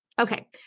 Okay